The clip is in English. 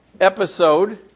episode